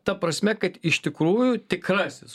ta prasme kad iš tikrųjų tikrasis